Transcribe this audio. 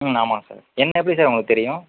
ம் ஆமாங்க சார் என்னை எப்படி சார் உங்களுக்கு தெரியும்